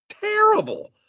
terrible